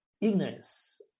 ignorance